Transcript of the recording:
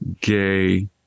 gay